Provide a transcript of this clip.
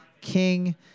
King